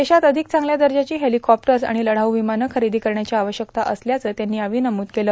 देशात अधिक चांगल्या दजाची हेर्लकॉप्टस आणि लढाऊ र्विमानं खरेदा करण्याची आवश्यकता असल्याचं त्यांनी यावेळी नमूद केलं